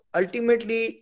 ultimately